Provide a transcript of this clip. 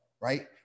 right